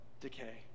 decay